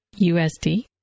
USD